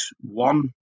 one